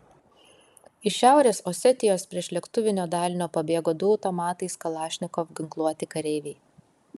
iš šiaurės osetijos priešlėktuvinio dalinio pabėgo du automatais kalašnikov ginkluoti kareiviai